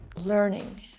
learning